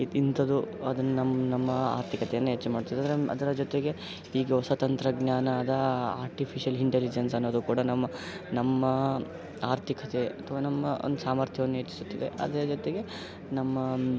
ಇತ್ ಇಂಥದ್ದು ಅದನ್ನು ನಮ್ಮ ನಮ್ಮ ಆರ್ಥಿಕತೆಯನ್ನು ಹೆಚ್ಚು ಮಾಡುತ್ತದೆ ಅದ್ರ ಅದರ ಜೊತೆಗೆ ಈಗ ಹೊಸ ತಂತ್ರಜ್ಞಾನದ ಆರ್ಟಿಫಿಶಲ್ ಇಂಟೆಲಿಜೆಂಟ್ಸ್ ಅನ್ನೋದು ಕೂಡ ನಮ್ಮ ನಮ್ಮ ಆರ್ಥಿಕತೆ ಅಥವಾ ನಮ್ಮ ಒಂದು ಸಾಮರ್ಥ್ಯವನ್ನು ಹೆಚ್ಚಿಸುತ್ತದೆ ಅದರ ಜೊತೆಗೆ ನಮ್ಮ